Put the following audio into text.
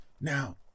Now